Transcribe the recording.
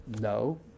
No